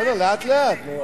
בסדר, לאט-לאט.